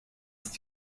ist